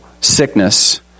sickness